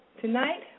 Tonight